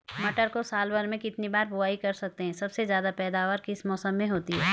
मटर को साल भर में कितनी बार बुआई कर सकते हैं सबसे ज़्यादा पैदावार किस मौसम में होती है?